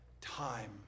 time